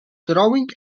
throwing